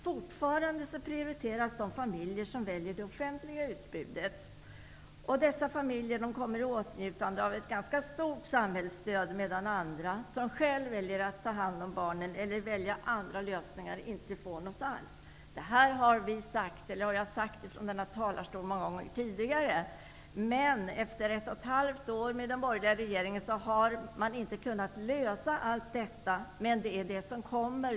Fortfarande prioriteras de familjer som väljer det offentliga utbudet. Dessa familjer kommer i åtnjutande av ett ganska stort samhällsstöd, medan andra som väljer att själva ta hand om barnen eller som väljer andra lösningar inte får något stöd alls. Detta har jag påtalat i denna talarstol många gånger. Trots att ett och ett halvt år med den borgerliga regeringen gått har inte alla dessa frågor kunnat lösas. Men lösningar kommer.